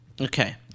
Okay